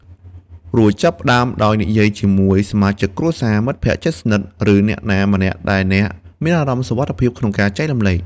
រួចចាប់ផ្តើមដោយនិយាយជាមួយសមាជិកគ្រួសារ មិត្តភក្តិជិតស្និទ្ធ ឬអ្នកណាម្នាក់ដែលអ្នកមានអារម្មណ៍សុវត្ថិភាពក្នុងការចែករំលែក។